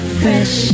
fresh